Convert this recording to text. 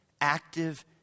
active